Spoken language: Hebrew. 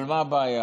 אבל מה הבעיה?